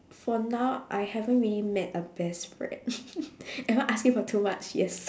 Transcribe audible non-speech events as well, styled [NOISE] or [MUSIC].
for now I haven't really met a best friend [LAUGHS] am I asking for too much yes